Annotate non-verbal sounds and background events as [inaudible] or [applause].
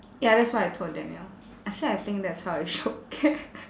ya that's what I told daniel I said I think that's how I show care [laughs]